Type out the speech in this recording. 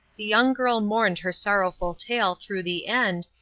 the young girl mourned her sorrowful tale through the end,